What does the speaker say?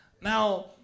Now